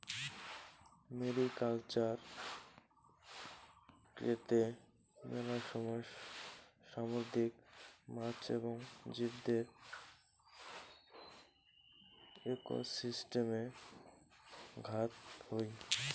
mariculture কৈত্তে মেলা সময় সামুদ্রিক মাছ এবং জীবদের একোসিস্টেমে ঘাত হই